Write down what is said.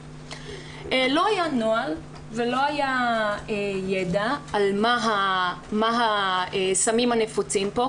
לא היה נוהל ולא היה ידע על מה הסמים הנפוצים פה,